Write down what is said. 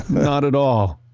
not at all.